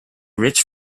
rich